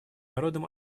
народом